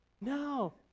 No